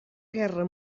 guerra